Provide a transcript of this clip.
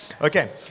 Okay